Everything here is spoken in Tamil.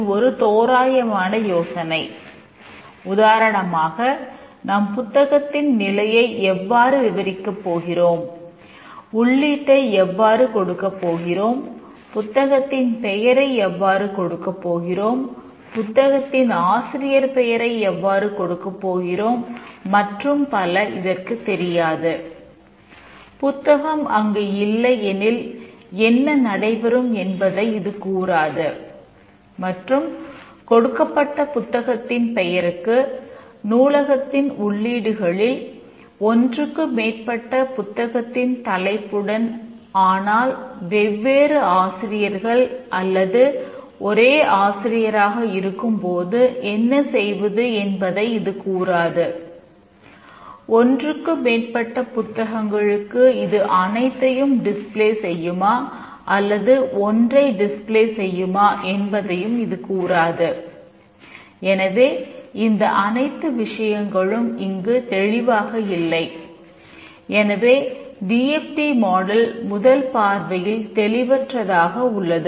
ஒரு உதாரணத்தை கொடுப்பதற்காக இங்கு ஒரு பப்பிள் முதல் பார்வையில் தெளிவற்றதாக உள்ளது